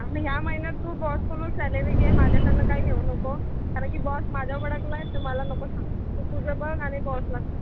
हां मग ह्या महिन्यात तू बॉसकडून सॅलरी घे माझ्याकडनं काही घेऊ नको कारण की बॉस माझ्यावर भडकला आहे तर मला नकोच सांगू तू तुझं बघ आणि बॉसला सांग